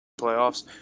playoffs –